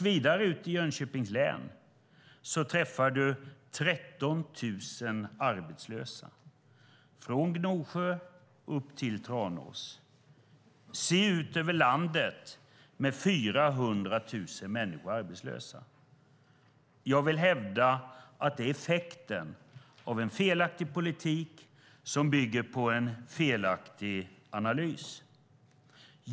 Vidare träffar du 13 000 arbetslösa i Jönköpings län, från Gnosjö upp till Tranås. Se ut över landet med 400 000 människor arbetslösa! Jag vill hävda att det är effekten av en felaktig politik som bygger på en felaktig analys.